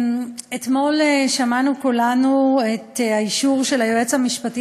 אתמול שמענו כולנו את האישור של היועץ המשפטי